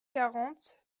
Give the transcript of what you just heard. quarante